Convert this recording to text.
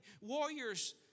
Warriors